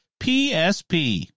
PSP